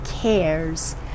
cares